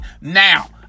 Now